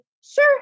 Sure